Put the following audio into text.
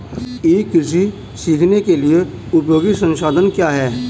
ई कृषि सीखने के लिए उपयोगी संसाधन क्या हैं?